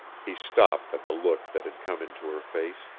he stopped at the look that had come into her face.